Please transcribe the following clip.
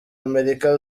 amerika